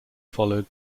followed